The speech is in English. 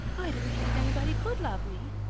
i didn't think anybody could love me.